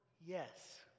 yes